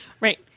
Right